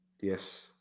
yes